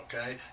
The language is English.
Okay